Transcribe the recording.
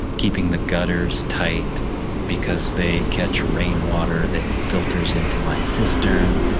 keeping the gutters tight because they catch rainwater that filters into my cistern,